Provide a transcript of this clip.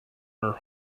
her